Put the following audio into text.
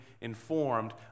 informed